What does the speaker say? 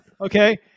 Okay